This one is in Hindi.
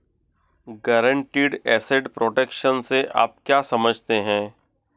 गारंटीड एसेट प्रोटेक्शन से आप क्या समझते हैं?